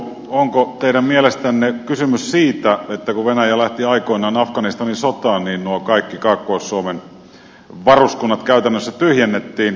onko teidän mielestänne kysymys siitä että kun venäjä lähti aikoinaan afganistanin sotaan niin nuo kaikki kaakkois suomea lähellä olevat varuskunnat käytännössä tyhjennettiin